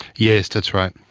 yes, that's right.